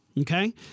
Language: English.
Okay